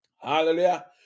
Hallelujah